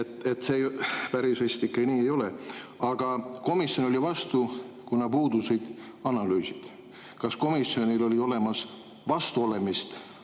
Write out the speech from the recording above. See päris nii vist ikkagi ei ole. Aga komisjon oli vastu, kuna puudusid analüüsid. Kas komisjonil olid olemas vastuolemist